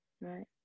right